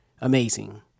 amazing